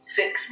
six